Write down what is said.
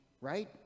right